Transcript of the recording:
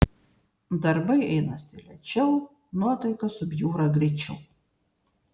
darbai einasi lėčiau nuotaika subjūra greičiau